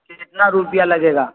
کتنا روپیہ لگے گا